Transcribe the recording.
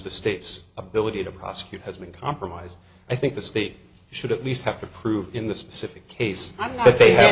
the state's ability to prosecute has been compromised i think the state should at least have to prove in the specific case that they have